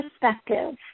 perspective